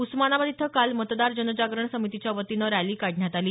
उस्मानाबाद इथं काल मतदार जनजागरण समितीच्या वतीनं रॅली काढण्यात आली